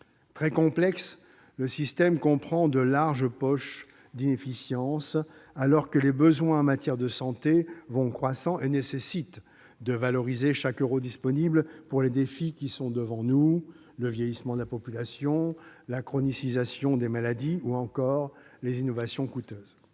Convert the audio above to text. Très complexe, le système comprend de larges poches d'inefficience, alors que les besoins en matière de santé vont croissant et nécessitent de valoriser chaque euro disponible pour les défis qui sont devant nous : le vieillissement de la population, la chronicisation des maladies ou encore les innovations coûteuses.